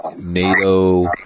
NATO